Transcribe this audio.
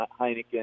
Heineken